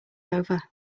over